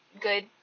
good